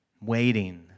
waiting